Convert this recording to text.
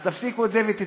אז תפסיקו את זה ותתביישו.